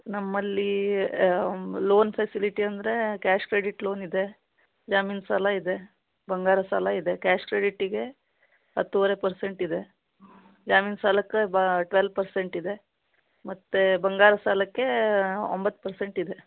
ನಮ್ಮಲ್ಲಿ loan facility ಅಂದರೆ cash credit loan ಇದೆ ಜಾಮೀನು ಸಾಲ ಇದೆ ಬಂಗಾರದ ಸಾಲ ಇದೆ ಕ್ಯಾಶ್ ಕ್ರೆಡಿಟಿಗೆ ಹತ್ತುವರೆ ಪರ್ಸೆಂಟ್ ಇದೆ ಜಾಮೀನು ಸಾಲಕ್ಕೆ ಬಾ ಟ್ವೆಲ್ ಪರ್ಸೆಂಟ್ ಇದೆ ಮತ್ತೆ ಬಂಗಾರ ಸಾಲಕ್ಕೆ ಒಂಬತ್ತು ಪರ್ಸೆಂಟ್ ಇದೆ